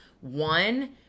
One